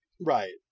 right